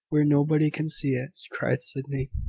where nobody can see it! cried sydney.